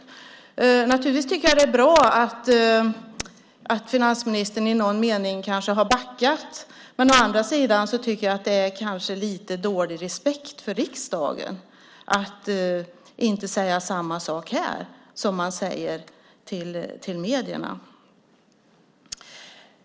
Jag tycker naturligtvis att det är bra att finansministern i någon mening kanske har backat. Å andra sidan tycker jag att det är lite dålig respekt för riksdagen att inte säga samma sak här som man säger till medierna.